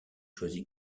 choisi